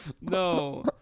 No